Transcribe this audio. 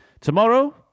tomorrow